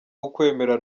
w’ukwemera